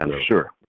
sure